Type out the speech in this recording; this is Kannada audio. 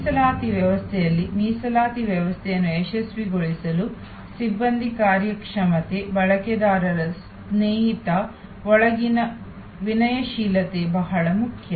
ಮೀಸಲಾತಿ ವ್ಯವಸ್ಥೆಯಲ್ಲಿ ಮೀಸಲಾತಿ ವ್ಯವಸ್ಥೆಯನ್ನು ಯಶಸ್ವಿಗೊಳಿಸಲು ಸಿಬ್ಬಂದಿ ಕಾರ್ಯಕ್ಷಮತೆ ಬಳಕೆದಾರ ಸ್ನೇಹಿತ ಒಳಗಿನ ವಿನಯಶೀಲತೆ ಬಹಳ ಮುಖ್ಯ